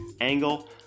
angle